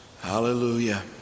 Hallelujah